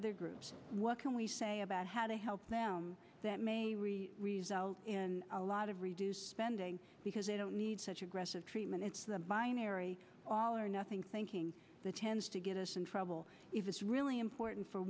other groups what can we say about how to help them that may result in a lot of reduced spending because they don't need such aggressive treatment it's the binary all or nothing thinking that tends to get us in trouble if it's really important for